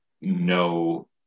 no